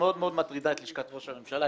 מאוד מטרידה את לשכת ראש הממשלה,